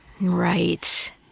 Right